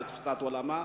זו תפיסת עולמה,